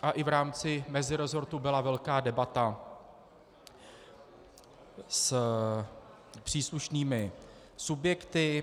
A i v rámci mezirezortu byla velká debata s příslušnými subjekty.